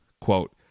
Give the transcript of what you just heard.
Quote